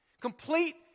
complete